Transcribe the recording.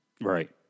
Right